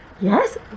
Yes